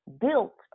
built